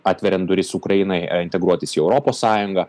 atveriant duris ukrainai integruotis į europos sąjungą